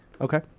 okay